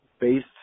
based